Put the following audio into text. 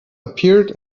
appeared